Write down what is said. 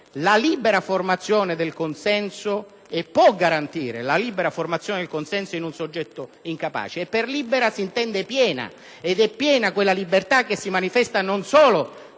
il legislatore deve e può garantire la libera formazione del consenso in un soggetto incapace? Per libera si intende piena, ed è piena quella libertà che si manifesta non solo